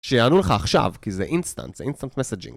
שיענו לך עכשיו, כי זה אינסטנט, זה instant messaging